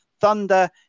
Thunder